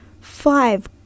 five